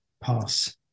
pass